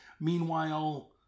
Meanwhile